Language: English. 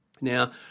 Now